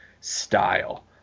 style